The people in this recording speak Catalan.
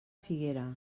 figuera